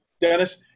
Dennis